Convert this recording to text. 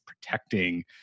protecting